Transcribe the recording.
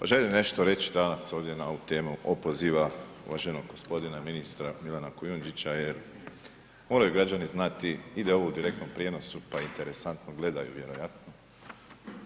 Pa želim nešto reć danas ovdje na ovu temu opoziva uvaženog g. ministra Milana Kujundžića jer moraju građani znati i da je ovo u direktnom prijenosu, pa interesantno gledaju vjerojatno,